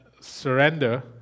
surrender